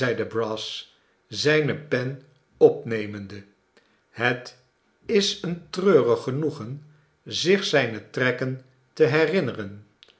zijne pen opnemende het is een treurig genoegen zich zijne trekken te herinneren